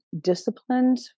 disciplined